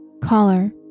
Caller